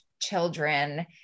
children